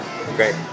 Great